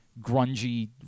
grungy